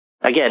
again